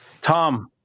Tom